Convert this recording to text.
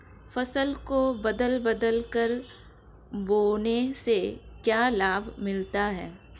फसल को बदल बदल कर बोने से क्या लाभ मिलता है?